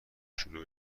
شروع